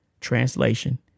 translation